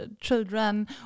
children